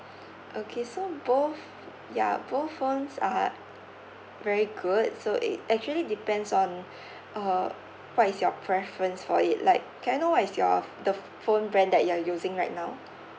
okay so both ya both phones are very good so it actually depends on uh what is your preference for it like can I know is your f~ the f~ phone brand that you are using right now